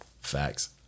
Facts